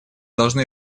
должны